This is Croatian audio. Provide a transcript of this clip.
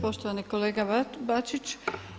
Poštovani kolega Bačić.